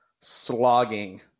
slogging